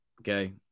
okay